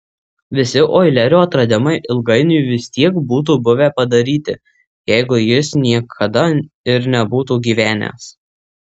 visi oilerio atradimai ilgainiui vis tiek būtų buvę padaryti jeigu jis niekada ir nebūtų gyvenęs